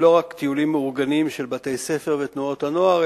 לא רק טיולים מאורגנים של בתי-ספר ותנועות הנוער,